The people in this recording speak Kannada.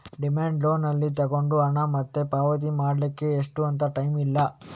ಡಿಮ್ಯಾಂಡ್ ಲೋನ್ ಅಲ್ಲಿ ತಗೊಂಡ ಹಣ ಮತ್ತೆ ಪಾವತಿ ಮಾಡ್ಲಿಕ್ಕೆ ಇಷ್ಟು ಅಂತ ಟೈಮ್ ಇಲ್ಲ